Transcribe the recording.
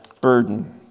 burden